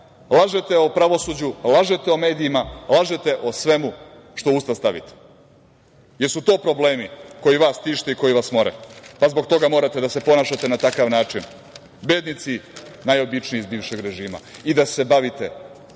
Lažete o pravosuđu, lažete o medijima, lažete o svemu što u usta stavite. Jesu li to problemi koji vas tište i koji vas more, pa zbog toga morate da se ponašate na takav način, bednici najobičniji iz bivšeg režima, i da se bavite